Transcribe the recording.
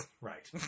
right